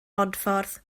bodffordd